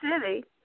city